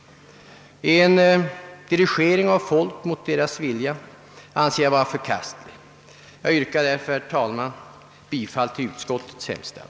En dirigering av människor mot deras vilja anser jag vara förkastlig. Jag yrkar därför, herr talman, bifall till utskottets hemställan.